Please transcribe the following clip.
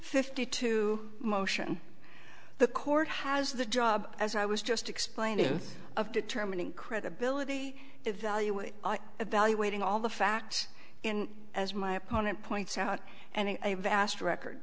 fifty two motion the court has the job as i was just explaining of determining credibility evaluate evaluating all the facts and as my opponent points out and a vast record